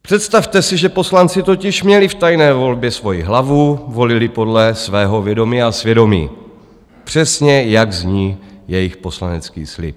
Představte si, že poslanci měli totiž v tajné volbě svoji hlavu, volili podle svého vědomí a svědomí, přesně jak zní jejich poslanecký slib.